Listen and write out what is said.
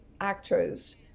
actors